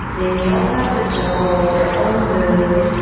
they may also have to juggle their own mood,